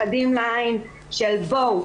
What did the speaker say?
חדים לעין של בואו,